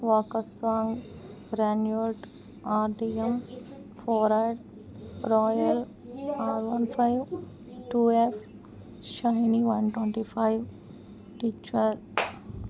walkers song గ్రాన్యూడ్ R D M forward royal R one five two F shiny one twenty five teacher